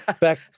back